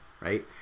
right